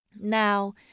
Now